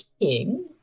King